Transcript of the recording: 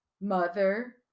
mother